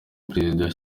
prezida